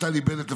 שנפתלי בנט,